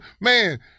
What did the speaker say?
man